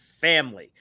family